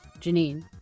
Janine